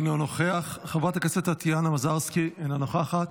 אינו נוכח, חברת הכנסת טטיאנה מזרסקי, אינה נוכחת,